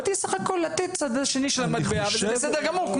סך הכול באתי לשקף את הצד השני של המטבע וזה בסדר גמור.